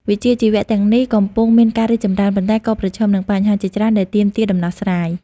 វិជ្ជាជីវៈទាំងពីរនេះកំពុងមានការរីកចម្រើន ប៉ុន្តែក៏ប្រឈមនឹងបញ្ហាជាច្រើនដែលទាមទារដំណោះស្រាយ។